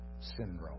Syndrome